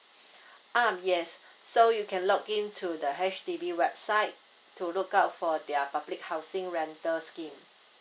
um yes so you can log in to the H_D_B website to look out for their public housing rental scheme